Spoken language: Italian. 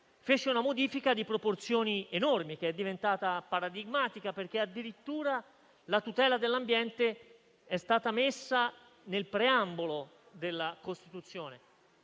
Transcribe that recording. fece una modifica di proporzioni enormi, che è diventata paradigmatica, perché addirittura la tutela dell'ambiente è stata messa nel preambolo della Costituzione.